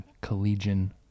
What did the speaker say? collegian